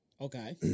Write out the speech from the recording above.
okay